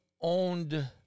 owned